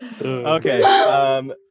Okay